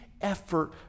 effort